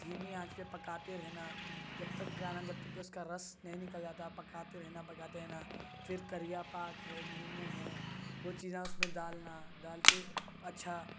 دھیمی آنچ پہ پکاتے رہنا جب تک پکانا جب تک کہ اس کا رس نہیں نکل جاتا پکاتے رہنا پکاتے رہنا پھر کریا پاک ہے لیموں ہے وہ چیزیں اس میں ڈالنا ڈال کے اچھا